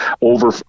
over